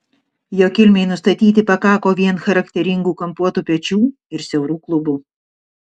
jo kilmei nustatyti pakako vien charakteringų kampuotų pečių ir siaurų klubų